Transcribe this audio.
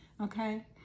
okay